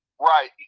Right